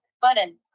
button